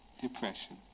depression